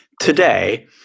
today